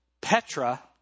Petra